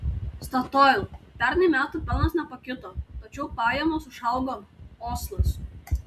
statoil pernai metų pelnas nepakito tačiau pajamos išaugo oslas